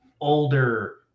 older